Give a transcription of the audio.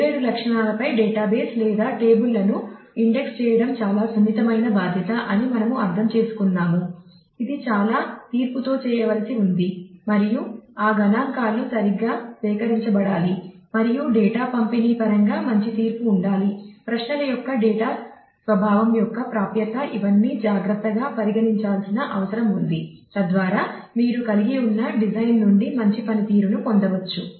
వేర్వేరు లక్షణాలపై డేటాబేస్ నుండి మంచి పనితీరును పొందవచ్చు